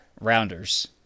Rounders